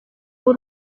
w’u